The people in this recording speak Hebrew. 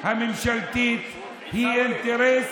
הממשלתית היא אינטרס,